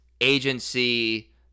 agency